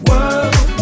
World